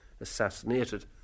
assassinated